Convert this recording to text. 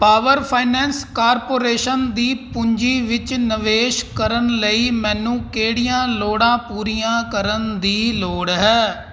power Finance Corporation ਦੀ ਪੂੰਜੀ ਵਿੱਚ ਨਿਵੇਸ਼ ਕਰਨ ਲਈ ਮੈਨੂੰ ਕਿਹੜੀਆਂ ਲੋੜਾਂ ਪੂਰੀਆਂ ਕਰਨ ਦੀ ਲੋੜ ਹੈ